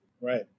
Right